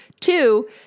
Two